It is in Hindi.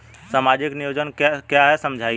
सामाजिक नियोजन क्या है समझाइए?